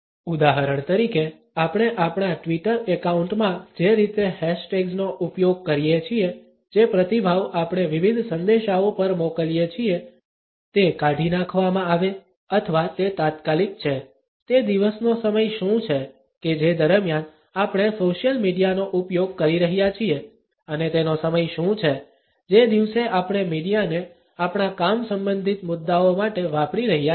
ઉદાહરણ તરીકે આપણે આપણા ટ્વિટર એકાઉન્ટ માં જે રીતે હેશટેગ્ઝ નો ઉપયોગ કરીએ છીએ જે પ્રતિભાવ આપણે વિવિધ સંદેશાઓ પર મોકલીએ છીએ તે કાઢી નાખવામાં આવે અથવા તે તાત્કાલિક છે તે દિવસનો સમય શું છે કે જે દરમિયાન આપણે સોશિયલ મીડિયાનો ઉપયોગ કરી રહ્યા છીએ અને તેનો સમય શું છે જે દિવસે આપણે મીડિયાને આપણા કામ સંબંધિત મુદ્દાઓ માટે વાપરી રહ્યા છીએ